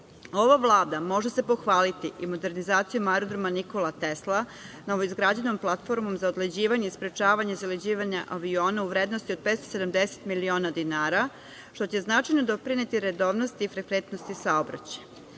Vlada, može se pohvaliti i modernizacijom aerodroma „Nikola Tesla“, novoizgrađenom platformom za odleđivanje i sprečavanje zaleđivanja aviona u vrednosti od 570 miliona dinara, što će značajno doprineti redovnosti i frekventnosti